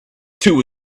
two